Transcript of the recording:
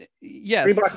yes